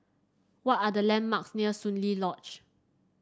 what are the landmarks near Soon Lee Lodge